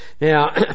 Now